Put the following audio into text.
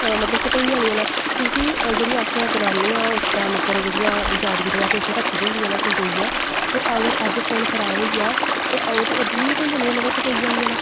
मतलब कटोई जानियां न क्योंकि जेह्ड़ियां अस बनाने आं उस टैम उप्पर जेह्ड़ियां यादगिरियां इस च रक्खी दियां होंदियां न संजोइयै अगर अज्ज फोन खराब होई जा ते ओह् ते डलीट होई जानियां न मतलब कटोई जानियां न